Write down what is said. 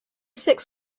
six